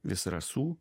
vis rasų